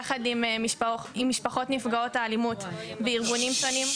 יחד עם משפחות נפגעות אלימות וארגונים שונים,